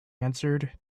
answered